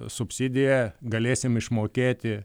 subsidiją galėsim išmokėti